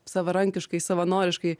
savarankiškai savanoriškai